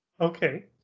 Okay